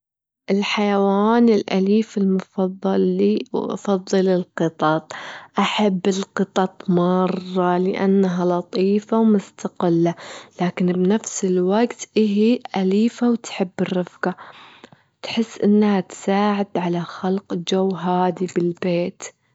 الحيوان الأليف المفضل لي، وأفضل القطط، أحب القطط مرة لأنها لطيفة ومستقلة، لكن في نفس الوقت إهي أليفة وتحب الرفجة، تحس أنها تساعد على خلق جو هادي بالبيت.